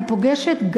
אני פוגשת,